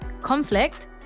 Conflict